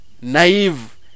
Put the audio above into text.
naive